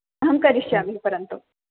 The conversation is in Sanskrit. फो़न् करिष्यामि परन्तु